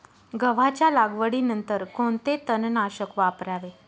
गव्हाच्या लागवडीनंतर कोणते तणनाशक वापरावे?